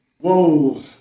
Whoa